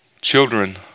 Children